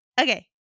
Okay